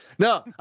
No